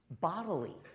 bodily